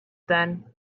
then